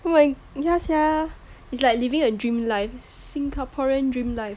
oh my ya sia it's like living a dream life Singaporean dream life